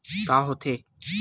का होथे?